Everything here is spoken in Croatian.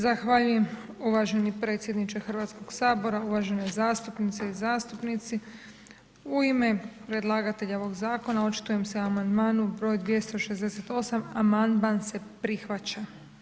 Zahvaljujem uvaženi predsjedniče HS, uvažene zastupnice i zastupnici, u ime predlagatelja ovog zakona očitujem se o amandmanu br. 268. amandman se prihvaća.